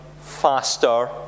faster